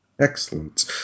Excellent